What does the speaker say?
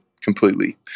completely